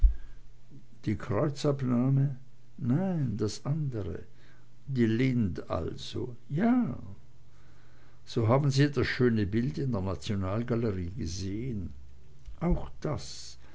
die kreuzabnahme nein das andre die lind also ja so haben sie das schöne bild in der nationalgalerie gesehn auch das